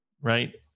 right